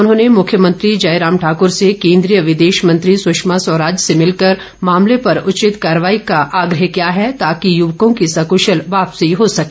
उन्होंने मुख्यमंत्री जयराम ठाकुर से केन्द्रीय विदेश मंत्री सुषमा स्वराज से मिलकर मामले पर उचित कार्रवाई का आग्रह किया है ताकि युवकों की सक्शल वापसी हो सके